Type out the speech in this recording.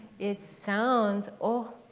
it sounds oh,